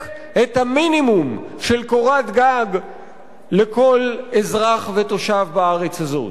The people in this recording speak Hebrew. את המינימום של קורת גג לכל אזרח ותושב בארץ הזאת.